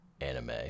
anime